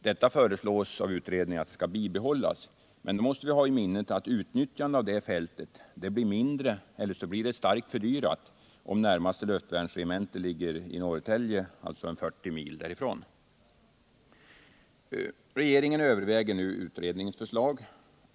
Detta föreslås behållas, men då måste vi ha i minnet att utnyttjandet av detta fält blir mindre, eller starkt fördyrat, om närmaste Lv-regemente ligger i Norrtälje, alltså 40 mil därifrån. Regeringen överväger nu utredningens förslag.